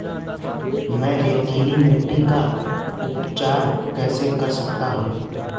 मैं रेतीली मिट्टी का उपचार कैसे कर सकता हूँ?